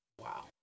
Wow